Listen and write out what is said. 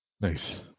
Nice